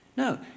No